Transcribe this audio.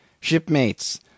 Shipmates